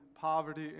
poverty